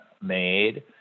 made